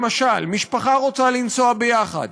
למשל, משפחה רוצה לנסוע יחד,